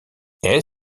est